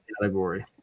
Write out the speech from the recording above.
category